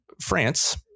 France